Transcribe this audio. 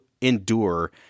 endure